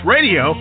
Radio